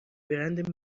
برند